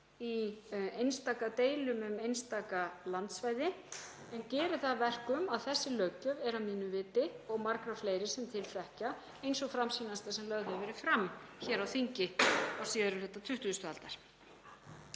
í einstaka deilum um einstaka landsvæði, en gerir það að verkum að þessi löggjöf er að mínu viti og margra fleiri sem til þekkja ein sú framsýnasta sem lögð hefur verið fram hér á þingi á síðari hluta 20. aldar.